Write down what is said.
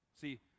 See